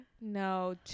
No